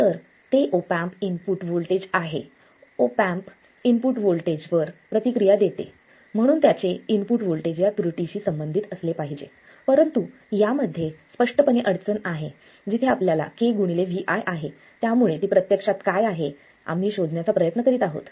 तर ते op amp input voltage आहे ऑप एम्प इनपुट व्होल्टेजवर प्रतिक्रिया देते म्हणून त्याचे इनपुट व्होल्टेज या त्रुटीशी संबंधित असले पाहिजे परंतु स्पष्टपणे यामध्ये अडचण आहे जिथे आपल्याला kVi आहे त्यामुळे ती प्रत्यक्षात काय आहे आम्ही शोधण्याचा प्रयत्न करीत आहोत